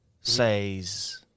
says